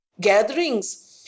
gatherings